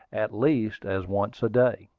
at least, as once a day.